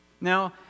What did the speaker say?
Now